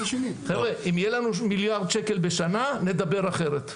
חבר'ה, אם יהיה לנו מיליארד שקל בשנה, נדבר אחרת.